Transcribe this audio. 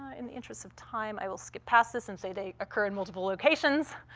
in the interest of time, i will skip past this and say they occur in multiple locations.